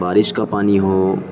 بارش کا پانی ہو